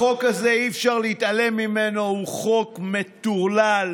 החוק הזה, אי-אפשר להתעלם ממנו, הוא חוק מטורלל,